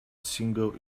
single